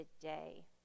today